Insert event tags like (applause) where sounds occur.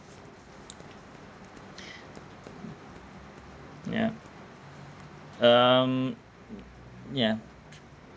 (breath) yeah um mm ya